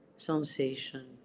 sensation